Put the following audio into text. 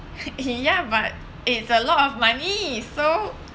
ya but it's a lot of money so